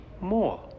more